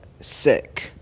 sick